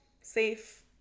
safe